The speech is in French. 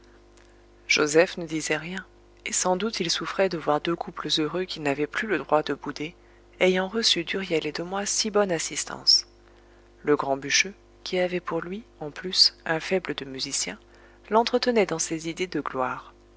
joseph ne disait rien et sans doute il souffrait de voir deux couples heureux qu'il n'avait plus le droit de bouder ayant reçu d'huriel et de moi si bonne assistance le grand bûcheux qui avait pour lui en plus un faible de musicien l'entretenait dans ses idées de gloire